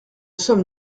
sommes